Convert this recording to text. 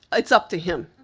it's up to him.